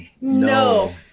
No